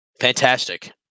Fantastic